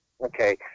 Okay